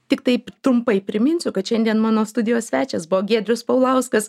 tiktai trumpai priminsiu kad šiandien mano studijos svečias buvo giedrius paulauskas